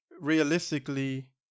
realistically